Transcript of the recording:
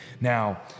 Now